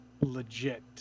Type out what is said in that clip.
legit